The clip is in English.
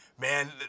man